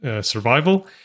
Survival